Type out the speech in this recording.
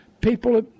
People